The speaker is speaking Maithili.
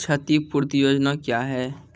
क्षतिपूरती योजना क्या हैं?